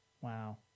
Wow